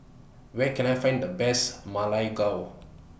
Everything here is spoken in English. Where Can I Find The Best Ma Lai Gao